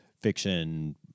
fiction